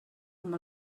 amb